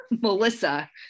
Melissa